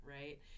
right